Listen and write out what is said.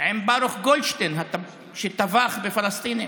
עם ברוך גולדשטיין שטבח בפלסטינים,